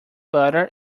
butter